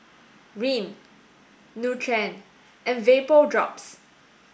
Rene Nutren and Vapodrops